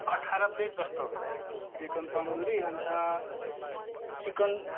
अठाह्र प्लेटजस्तो चिकन तन्दुरी अन्त चिकन